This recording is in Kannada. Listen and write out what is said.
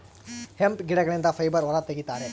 ಹೆಂಪ್ ಗಿಡಗಳಿಂದ ಫೈಬರ್ ಹೊರ ತಗಿತರೆ